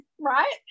right